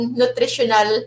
nutritional